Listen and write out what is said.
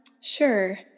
Sure